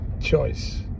choice